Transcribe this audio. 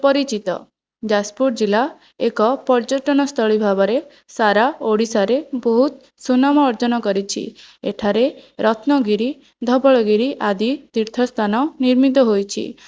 ପରିଚିତ ଯାଜପୁର ଜିଲ୍ଲା ଏକ ପର୍ଯ୍ୟଟନସ୍ଥଳୀ ଭାବରେ ସାରା ଓଡ଼ିଶାରେ ବହୁତ ସୁନାମ ଅର୍ଜନ କରିଛି ଏଠାରେ ରତ୍ନଗିରି ଧବଳଗିରି ଆଦି ତୀର୍ଥସ୍ଥାନ ନିର୍ମିତ ହୋଇଛି